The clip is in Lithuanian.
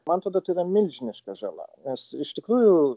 man atrodo tai yra milžiniška žala nes iš tikrųjų